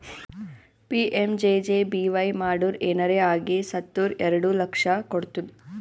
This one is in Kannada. ಪಿ.ಎಮ್.ಜೆ.ಜೆ.ಬಿ.ವೈ ಮಾಡುರ್ ಏನರೆ ಆಗಿ ಸತ್ತುರ್ ಎರಡು ಲಕ್ಷ ಕೊಡ್ತುದ್